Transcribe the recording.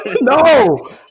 No